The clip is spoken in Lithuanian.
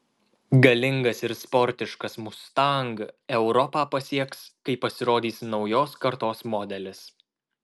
galingas ir sportiškas mustang europą pasieks kai pasirodys naujos kartos modelis